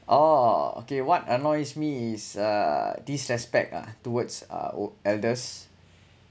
oh okay what annoys me is uh disrespect ah towards uh ol~ elders